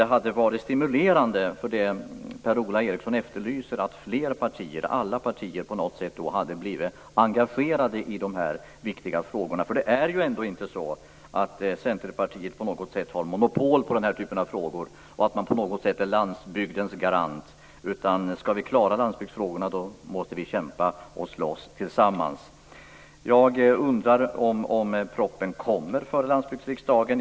Det hade dock varit stimulerande, som Per-Ola Eriksson efterlyser, om alla partier hade engagerat sig i dessa viktiga frågor. Det är inte så att Centerpartiet har monopol på den här typen av frågor och på något sätt skulle vara landsbygdens garant. För att klara landsbygdsfrågorna måste vi kämpa tillsammans. Jag undrar alltså om propositionen kommer före Landsbygdsriksdagen.